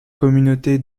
communauté